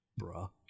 Bruh